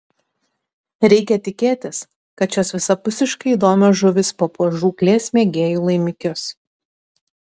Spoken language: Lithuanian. reikia tikėtis kad šios visapusiškai įdomios žuvys papuoš žūklės mėgėjų laimikius